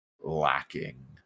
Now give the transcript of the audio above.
lacking